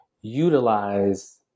utilize